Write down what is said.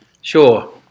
Sure